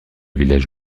village